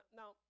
now